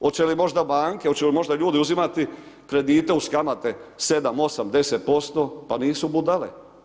Hoće li možda banke, hoće li možda ljudi uzimati kredite uz kamate 7, 8, 10% pa nisu budale.